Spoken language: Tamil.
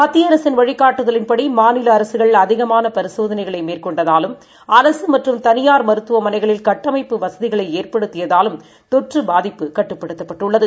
மத்தியஅரசின்வழிகாட்டுதலின்படி மாநிலஅரசுகள் அதிகமானபரிசோதனைகளைமேற்கொண்டதாலும் அரசுமற்றும்தனியார்மருத்துவமனைகளில்கட்டமைப்பு வசதிகளைஏற்படுத்தியதாலும்தொற்றுபாதிப்புகட்டுப்ப டுத்தப்பட்டுள்ளது